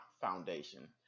Foundation